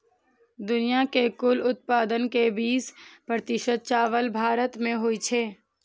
दुनिया के कुल उत्पादन के बीस प्रतिशत चावल भारत मे होइ छै